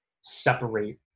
separate